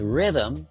rhythm